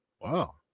Wow